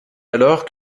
alors